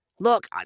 look